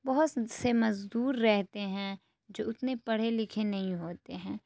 بہت سے مزدور رہتے ہیں جو اتنے پڑھے لکھے نہیں ہوتے ہیں